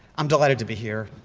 i'm delighted to be here.